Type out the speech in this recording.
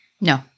No